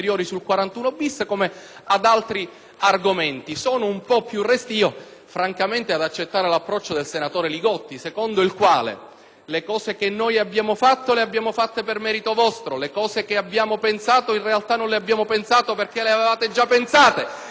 francamente, ad accettare l'approccio del senatore Li Gotti, secondo il quale le cose che abbiamo fatto le abbiamo realizzate per merito vostro, quelle che abbiamo pensato in realtà le avevate già pensate voi, le cose che intendiamo fare le faremo perché in realtà le avevate già pensate.